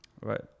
Right